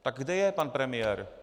Tak kde je pan premiér?